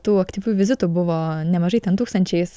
tų aktyvių vizitų buvo nemažai ten tūkstančiais